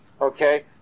Okay